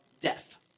death